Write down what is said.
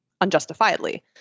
unjustifiably